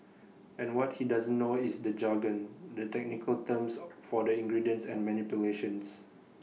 and what he doesn't know is the jargon the technical terms for the ingredients and manipulations